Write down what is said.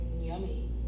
yummy